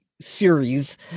series